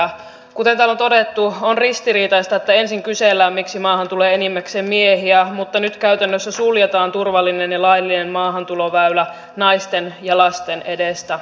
kuten täällä on todettu on ristiriitaista että ensin kysellään miksi maahan tulee enimmäkseen miehiä mutta nyt käytännössä suljetaan turvallinen ja laillinen maahantuloväylä naisten ja lasten edestä